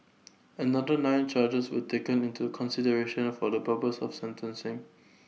another nine charges were taken into consideration for the purpose of sentencing